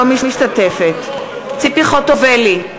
משתתפת בהצבעה ציפי חוטובלי,